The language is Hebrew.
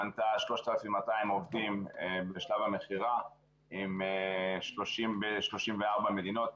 מנתה 3,200 עובדים בשלב המכירה ב-34 מדינות,